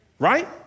Right